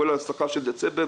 כל ההעסקה של דצמבר,